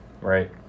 Right